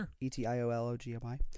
E-T-I-O-L-O-G-M-I